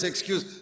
excuse